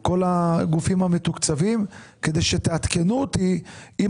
את כל הגופים המתוקצבים כדי שתעדכנו אותי אם